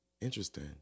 Interesting